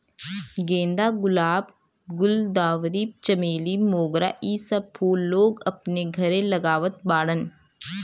गेंदा, गुलाब, गुलदावरी, चमेली, मोगरा इ सब फूल लोग अपने घरे लगावत बाड़न